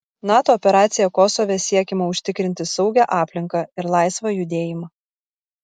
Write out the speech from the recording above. nato operacija kosove siekiama užtikrinti saugią aplinką ir laisvą judėjimą